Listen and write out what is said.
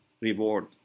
reward